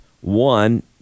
One